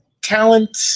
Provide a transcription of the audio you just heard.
talent